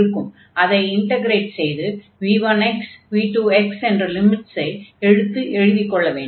அதை இன்டக்ரேட் செய்து v1x v2x என்ற லிமிட்ஸை எடுத்து எழுதிக் கொள்ள வேண்டும்